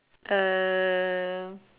uh